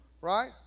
right